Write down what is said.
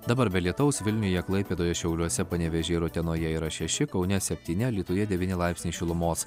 dabar be lietaus vilniuje klaipėdoje šiauliuose panevėžyje ir utenoje yra šeši kaune septyni alytuje devyni laipsniai šilumos